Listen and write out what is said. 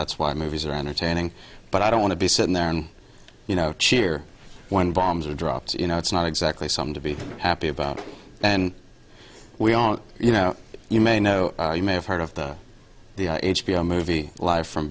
that's why movies are entertaining but i don't want to be sitting there and you know cheer when bombs were dropped you know it's not exactly some to be happy about and we all you know you may know you may have heard of the h b o movie live from